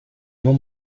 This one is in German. nur